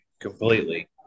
completely